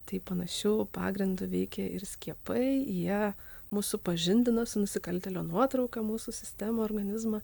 tai panašiu pagrindu veikia ir skiepai jie mus supažindina su nusikaltėlio nuotrauka mūsų sistemą organizmą